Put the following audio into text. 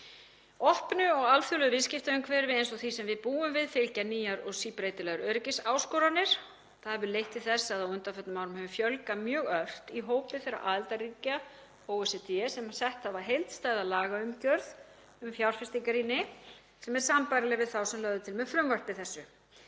Opnu og alþjóðlegu viðskiptaumhverfi eins og því sem við búum við fylgja nýjar og síbreytilegar öryggisáskoranir. Það hefur leitt til þess að á undanförnum árum hefur fjölgað mjög ört í hópi þeirra aðildarríkja OECD sem sett hafa heildstæða lagaumgjörð um fjárfestingarýni sem er sambærileg við þá sem lögð er til með frumvarpi þessu.